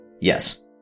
Yes